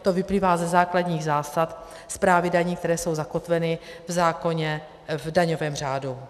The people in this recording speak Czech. To vyplývá ze základní zásad správy daní, kterou jsou zakotveny v zákoně, v daňovém řádu.